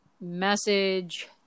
message